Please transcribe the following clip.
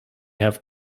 have